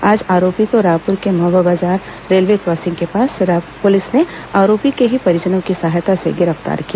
आज आरोपी को राजधानी के मोहबा बाजार रेलवे क्रासिंग के पास पुलिस ने आरोपी के ही परिजनों की सहायता से गिरफ्तार किया